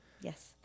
Yes